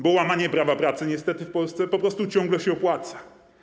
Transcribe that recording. Bo łamanie prawa pracy niestety w Polsce po prostu ciągle się opłaca.